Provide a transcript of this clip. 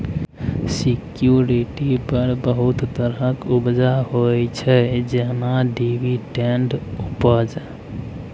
security पर बहुत तरहक उपजा होइ छै जेना डिवीडेंड उपज